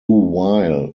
while